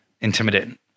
intimidating